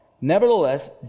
Nevertheless